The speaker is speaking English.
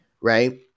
right